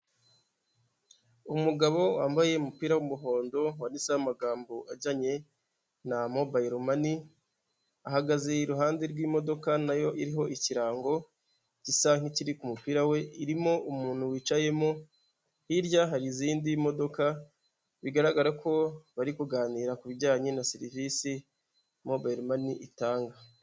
Umugabo wambaye umupira w'umuhondo wanditseho amagambo ajyanye na mobayiro mani, ahagaze iruhande rw'imodoka na yo iriho ikirango gisa nkikiri ku mupira we, irimo umuntu wicayemo, hirya hari izindi modoka, bigaragara ko bari kuganira ku bijyanye na serivisi mobayiro mani itanga.